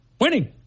winning